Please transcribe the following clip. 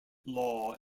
law